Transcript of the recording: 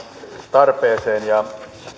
tarpeeseen ja